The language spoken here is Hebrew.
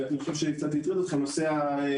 ואני חושב שקצת הטעו אתכם בנושא התל"ן.